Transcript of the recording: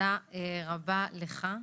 תודה רבה לך.